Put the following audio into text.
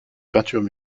peintures